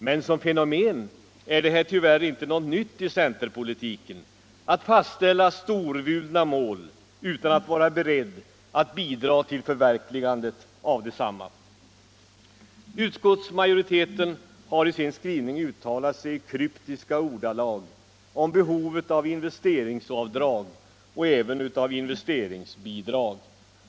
Men som fenomen är det tyvärr inget nytt i centerpolitiken att man fastställer storvulna mål utan att vara beredd att bidra till förverkligandet av desamma. Utskottsmajoriteten har i sin skrivning uttalat sig i kryptiska ordalag om behovet av investeringsavdrag och även av investeringsbidrag.